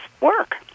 work